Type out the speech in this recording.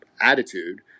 Attitude